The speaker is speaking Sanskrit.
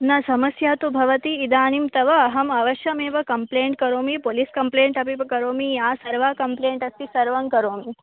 न समस्या तु भवति इदानीं तव अहम् अवश्यमेव कम्प्लेण्ड् करोमि पोलीस् कम्प्लेण्ड् अपि करोमि या सर्वा कम्प्लेण्ड् अस्ति सर्वं करोमि